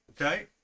okay